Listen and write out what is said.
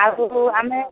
ଆଗକୁ ଆମେ